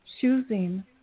choosing